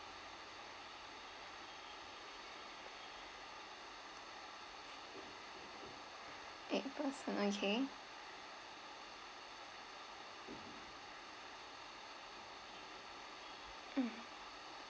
eight person okay mm